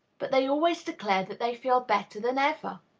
but they always declare that they feel better than ever.